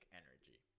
energy